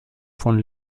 von